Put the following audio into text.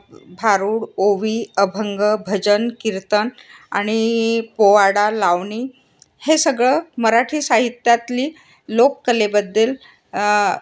भारुड ओवी अभंग भजन कीर्तन आणि पोवाडा लावणी हे सगळं मराठी साहित्यातली लोककलेबद्दल